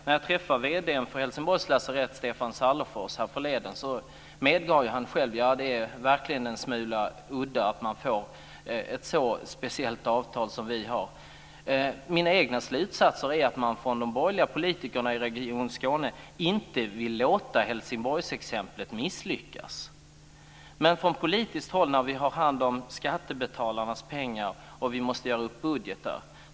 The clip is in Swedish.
När jag träffade vd:n för Helsingborgs lasarett Stefan Sallerfors härförleden medgav han själv att det är en smula udda att man får ett så speciellt avtal. Mina egna slutsatser är att de borgerliga politikerna i Region Skåne inte vill låta Helsingborgsexemplet misslyckas. Från politiskt håll har vi hand om skattebetalarnas pengar och måste göra upp budgetar.